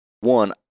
one